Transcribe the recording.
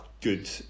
good